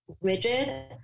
rigid